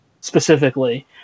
specifically